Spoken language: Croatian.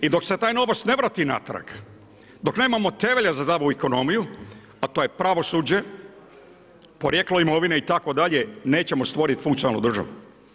I dok se taj novac ne vrati natrag, dok nemamo temelja za zabavu i ekonomiju, a to je pravosuđa, porijeklo imovine itd. nećemo stvoriti funkcionalnu državu.